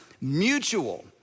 mutual